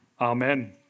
Amen